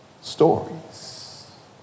stories